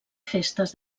festes